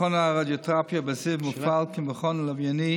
מכון הרדיותרפיה בזיו מופעל כמכון לווייני